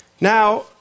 Now